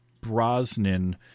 Brosnan